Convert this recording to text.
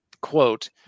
quote